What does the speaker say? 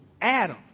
Adam